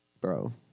Bro